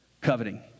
coveting